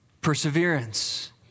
perseverance